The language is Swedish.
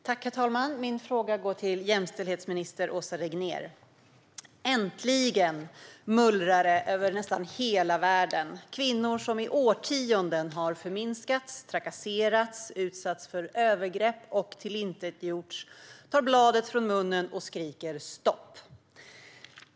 Herr talman! Min fråga går till jämställdhetsminister Åsa Regnér. Äntligen mullrar det över nästan hela världen. Kvinnor som i årtionden har förminskats, trakasserats, utsatts för övergrepp och tillintetgjorts tar bladet från munnen och skriker stopp.